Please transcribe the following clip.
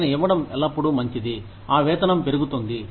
వాటిని ఇవ్వడం ఎల్లప్పుడూ మంచిది ఆ వేతనం పెరుగుతుంది